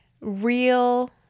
real